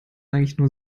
eigentlich